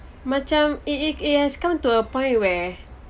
macam it it it has come to a point where